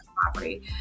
property